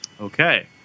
Okay